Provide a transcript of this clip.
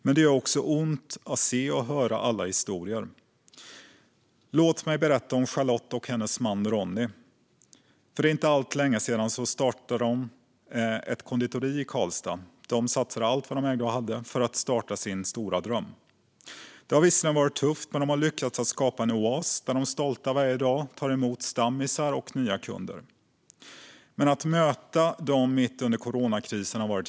Men det gör också ont att se och höra alla historier. Låt mig berätta om Charlotte och hennes man Ronnie. För inte alltför länge sedan startade de ett konditori i Karlstad. De satsade allt vad de ägde och hade på sin stora dröm. Det har visserligen varit tufft, men de har lyckats skapa en oas där de varje dag stolt tar emot stammisar och nya kunder. Det har varit hjärtskärande att möta dem mitt under coronakrisen.